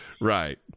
Right